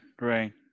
right